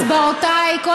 אני מפרסמת את הצבעותיי.